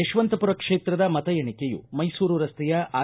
ಯಶವಂತಪುರ ಕ್ಷೇತ್ರದ ಮತ ಎಣಿಕೆಯು ಮೈಸೂರು ರಸ್ತೆಯ ಆರ್